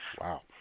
Wow